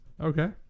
okay